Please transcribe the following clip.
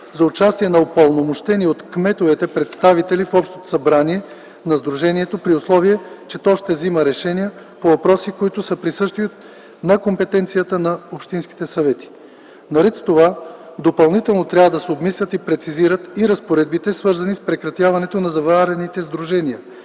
за участието на упълномощени от кметовете представители в общото събрание на сдружението, при условие че то ще взима решение по въпроси, които са присъщи на компетенциите на общинските съвети. Наред с това допълнително трябва да се обмислят и прецизират и разпоредбите, свързани с прекратяването на заварените сдружения